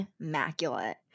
immaculate